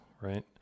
right